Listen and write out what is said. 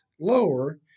lower